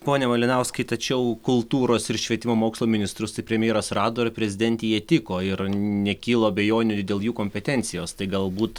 pone malinauskai tačiau kultūros ir švietimo mokslo ministrus premjeras rado ir prezidentei jie tiko ir nekilo abejonių dėl jų kompetencijos tai galbūt